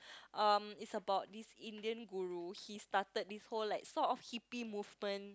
um it's about this Indian Guru he started this whole like sort of hippy movement